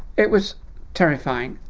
it was terrifying.